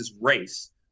race